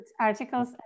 articles